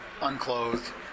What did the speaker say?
unclothed